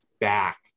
back